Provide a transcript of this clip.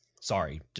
Sorry